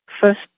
first